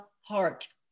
heart